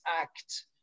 act